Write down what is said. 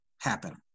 happen